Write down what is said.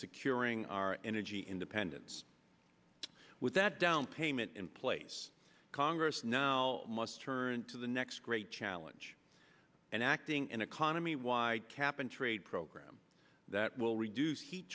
securing our energy independence with that downpayment in place congress now must turn to the next great challenge and acting in economy wide cap and trade program that will reduce heat